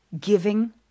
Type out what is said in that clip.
giving